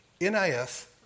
NIS